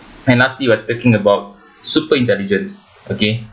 and lastly we are talking about super intelligence okay